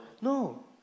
No